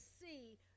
see